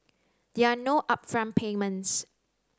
there are no upfront payments